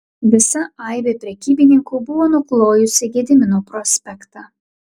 visa aibė prekybininkų buvo nuklojusi gedimino prospektą